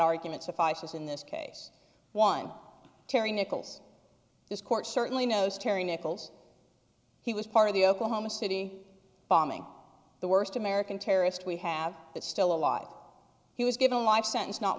argument suffices in this case one terry nichols this court certainly knows terry nichols he was part of the oklahoma city bombing the worst american terrorist we have that still alive he was given a life sentence not